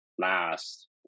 last